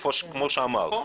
כמו שאמרת.